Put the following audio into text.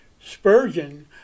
Spurgeon